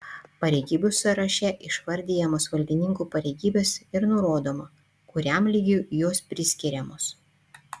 pareigybių sąraše išvardijamos valdininkų pareigybės ir nurodoma kuriam lygiui jos priskiriamos